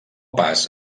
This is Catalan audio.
pas